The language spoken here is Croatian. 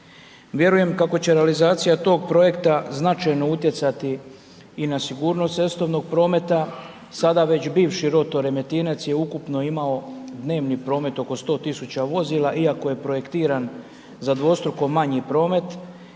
Vjerujem kako će realizacija tog projekta, značajno utjecati i na sigurnost cestovnog prometa. Sada već bivši rotor Remetinec je ukupno imao dnevni promet oko 100 tisuća vozila iako je projektiran za dvostruko manji promet